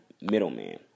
Middleman